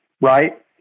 right